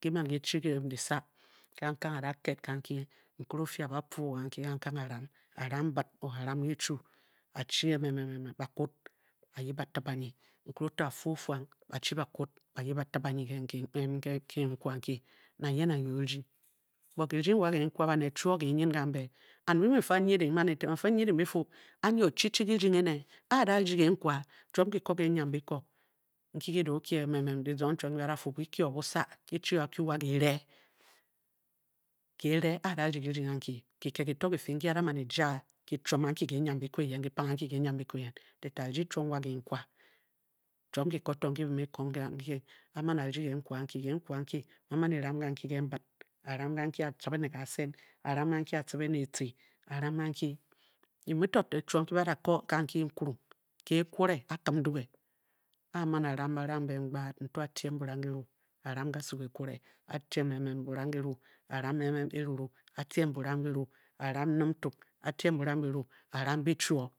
Ki man ki chi di sa, kangkang a- da ked kanki, nkere o-fi a- ba pwa ganki kangkang a-ram a- nam mbid or a-ram e chu, a-chi bakwed a-yip a- tib anyi ke kenkwa anki nang ye nang ye o-rdi, bod kirding wa kenkwa, ba ned chuoo keh nyin kambe and bafii ba- nyide, ba ned elẽn ba fii ba nyide bi fuu anyi ochi chi kirding ene, a-a da ndi kenkwa chiom nki ko ke enyiana biko nki ki da o kye kizong chiom nki, bi da fu ki kyi o busa, ki chi o a-kwu wa keh re. a-a da rdi kirding anki, kiked ki to ki fii aki a-da man eja chiom anki ke enjiam biko eyen, ki pang anke ke enyiam biko e yen te te a-rdi chiom wa kekkwa. chiom to ki ko nki byi muu byi kong kanki. a- man a- rdi. kenkwa. kenkwa anki ba man e-ram kanki ke mbid a-ram kanki a-tcibe ne kaasen a- ram kanki a- tcibe ne etci a- ram kank. Bi muu to ne chiom nki ba da ka oka ke nkurung, kehkore, akini nduge, a-man a- ram ba ram mben gbad nto a- tiem burang kiru a- ram kasu kehkare, a- tiam burang kiru a-ram eruru, a- tiem burang ruru a- ram nimnkuk, a- tiem burang kiru a- ram bichuo.